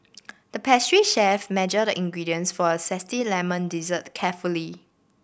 the pastry chef measured the ingredients for a zesty lemon dessert carefully